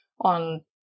on